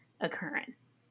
occurrence